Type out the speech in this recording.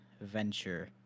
Venture